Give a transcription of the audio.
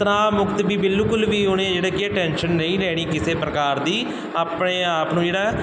ਤਣਾਅ ਮੁਕਤ ਵੀ ਬਿਲਕੁਲ ਵੀ ਹੋਣੇ ਜਿਹੜੇ ਕੀ ਆ ਟੈਂਸ਼ਨ ਨਹੀਂ ਲੈਣੀ ਕਿਸੇ ਪ੍ਰਕਾਰ ਦੀ ਆਪਣੇ ਆਪ ਨੂੰ ਜਿਹੜਾ